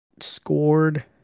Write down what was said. scored